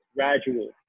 gradual